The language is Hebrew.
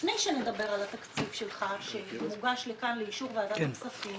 לפני שנדבר על התקציב שלך שמוגש לכאן לאישור ועדת הכספים.